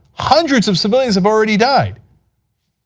hundreds of civilians have already died.